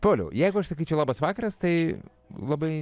pauliau jeigu aš sakyčiau labas vakaras tai labai